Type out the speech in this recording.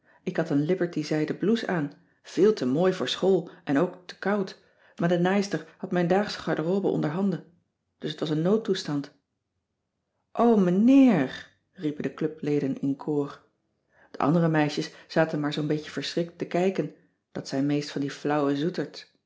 ik had een liberty zijden blouse aan veel te mooi voor school en ook te koud maar de naaister had mijn daagsche garderobe onder handen dus t was een noodtoestand o meneer riepen de clubleden in koor de andere meisjes zaten maar zoo'n beetje verschrikt te kijken dat zijn meest van die flauwe zoeterds